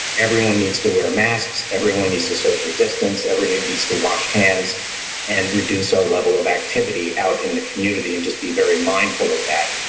everyone needs to wear masks everyone needs to social distance. everything needs to wash hands and reduce our level of activity out in the community and just be very mindful of that.